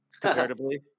comparatively